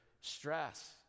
stress